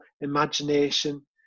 imagination